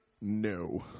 no